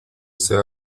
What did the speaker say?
sea